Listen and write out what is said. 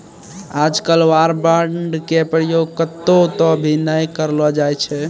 आजकल war bond के प्रयोग कत्तौ त भी नय करलो जाय छै